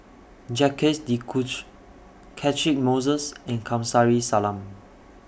Jacques De Coutre Catchick Moses and Kamsari Salam